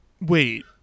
Wait